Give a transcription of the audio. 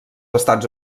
estats